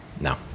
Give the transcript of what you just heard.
No